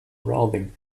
browsing